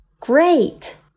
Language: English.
great